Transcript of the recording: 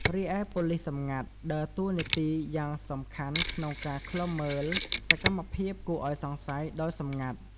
រីឯប៉ូលិសសម្ងាត់ ដើរតួនាទីយ៉ាងសំខាន់ក្នុងការ ឃ្លាំមើលសកម្មភាពគួរឱ្យសង្ស័យ ដោយសម្ងាត់។